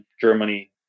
Germany